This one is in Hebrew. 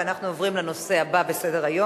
אנחנו עוברים לנושא הבא בסדר-היום,